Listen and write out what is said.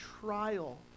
trial